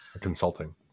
consulting